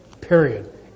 Period